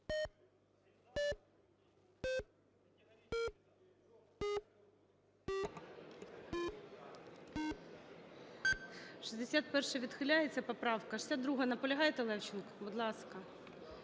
61-а відхиляється поправка. 62-а. Наполягаєте, Левченко? Будь ласка.